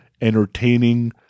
entertaining